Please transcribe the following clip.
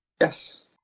Yes